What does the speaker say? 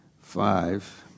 five